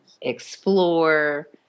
explore